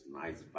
nice